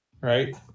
right